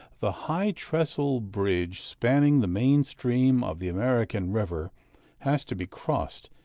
the high trestle bridge spanning the main stream of the american river has to be crossed,